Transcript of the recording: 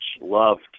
loved